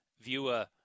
viewer